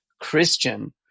Christian